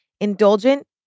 Indulgent